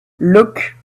look